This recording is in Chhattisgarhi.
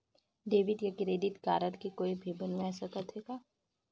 डेबिट या क्रेडिट कारड के कोई भी बनवाय सकत है का?